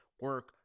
Work